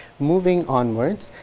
moving onwards,